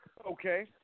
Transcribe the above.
Okay